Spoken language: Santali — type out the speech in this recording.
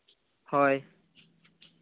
ᱦᱳᱭ